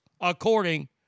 according